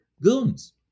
goons